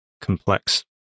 complex